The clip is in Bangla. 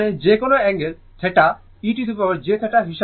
তার মানে যে কোন অ্যাঙ্গেল θ ejθ হিসাবে লেখা যেতে পারে